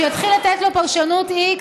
שיתחיל לתת לו פרשנות איקס,